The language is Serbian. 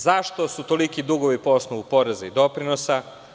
Zašto su toliki dugovi po osnovu poreza i doprinosa?